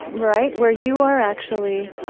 right? where you are actually